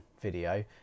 video